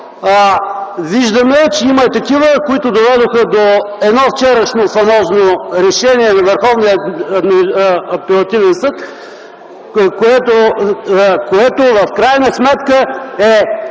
виждаме, че има и такива, които доведоха до едно вчерашно фамозно решение на Върховния апелативен съд, което в крайна сметка е